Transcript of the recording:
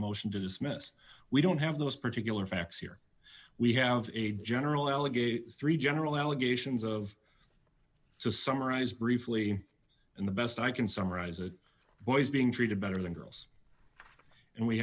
motion to dismiss we don't have those particular facts here we have a general aligator three general allegations of summarize briefly in the best i can summarize a boys being treated better than girls and we